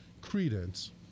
credence